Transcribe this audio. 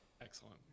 Excellent